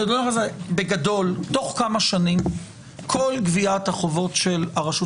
בגדול תוך כמה שנים כל גביית החובות של הרשות